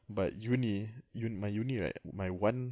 but uni un~ my uni right my one